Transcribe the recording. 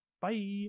Bye